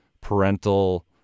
parental